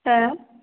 हो